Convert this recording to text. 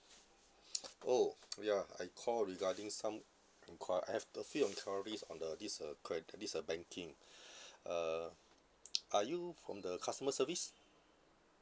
oh ya I call regarding some enqui~ I have a few enquiries on the this uh cre~ this uh banking uh are you from the customer service